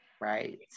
Right